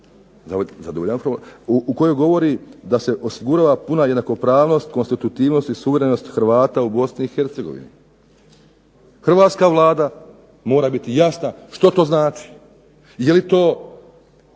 u kojoj govori da se osigurava puna jednakopravnost, konstitutivnost i suverenost Hrvata u Bosni i Hercegovini. Hrvatska Vlada mora biti jasna što to znači, je li to